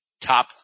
top